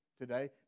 today